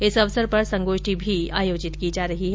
इस अवसर पर संगोष्ठी भी आयोजित की जा रही है